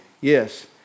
Yes